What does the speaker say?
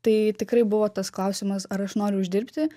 tai tikrai buvo tas klausimas ar aš noriu uždirbti